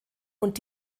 und